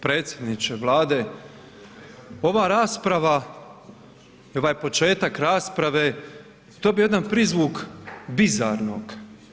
Predsjedniče Vlade, ova rasprava i ovaj početak rasprave dobio je jedan prizvuk bizarnog.